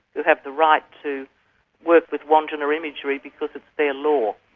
who have the right to work with wandjina imagery because it's their law.